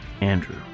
andrew